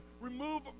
remove